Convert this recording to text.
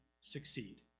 succeed